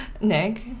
Nick